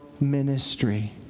ministry